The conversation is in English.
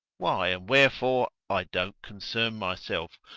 why and wherefore, i don't concern myself,